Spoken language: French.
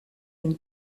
une